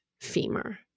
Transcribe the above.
femur